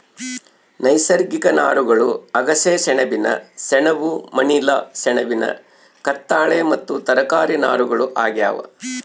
ನೈಸರ್ಗಿಕ ನಾರುಗಳು ಅಗಸೆ ಸೆಣಬಿನ ಸೆಣಬು ಮನಿಲಾ ಸೆಣಬಿನ ಕತ್ತಾಳೆ ಮತ್ತು ತರಕಾರಿ ನಾರುಗಳು ಆಗ್ಯಾವ